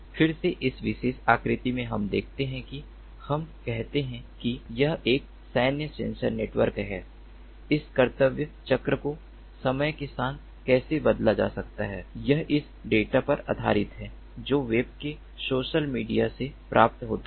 फिर से इस विशेष आकृति में हम देखते हैं कि हम कहते हैं कि यह एक सैन्य सेंसर नेटवर्क है इस कर्तव्य चक्र को समय के साथ कैसे बदला जा सकता है यह उस डेटा पर आधारित है जो वेब से सोशल मीडिया से प्राप्त होता है